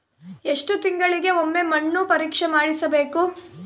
ಎಷ್ಟು ತಿಂಗಳಿಗೆ ಒಮ್ಮೆ ಮಣ್ಣು ಪರೇಕ್ಷೆ ಮಾಡಿಸಬೇಕು?